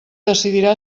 decidirà